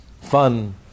fun